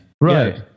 Right